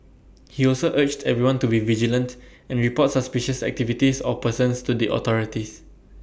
he also urged everyone to be vigilant and report suspicious activities or persons to the authorities